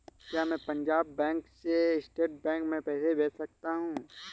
क्या मैं पंजाब बैंक से स्टेट बैंक में पैसे भेज सकता हूँ?